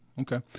Okay